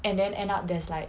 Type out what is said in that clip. and then end up there's like